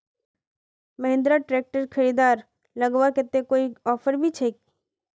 Mahindra tractor खरीद लगवार केते अभी कोई ऑफर भी छे?